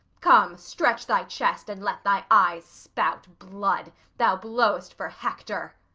come, stretch thy chest, and let thy eyes spout blood thou blowest for hector.